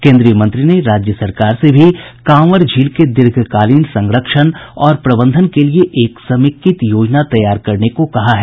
केन्द्रीय मंत्री ने राज्य सरकार से भी कांवर झील के दीर्घकालीन संरक्षण और प्रबंधन के लिए एक समेकित योजना तैयार करने को कहा है